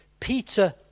Peter